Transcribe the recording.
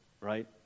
right